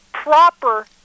proper